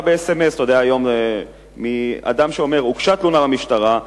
באס.אם.אס מאדם שאומר: הוגשה תלונה במשטרה.